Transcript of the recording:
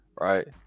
Right